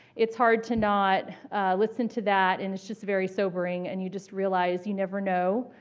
it's hard to not listen to that and it's just very sobering and you just realize you never know.